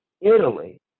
Italy